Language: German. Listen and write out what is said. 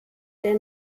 der